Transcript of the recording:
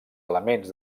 elements